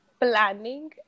planning